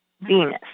Venus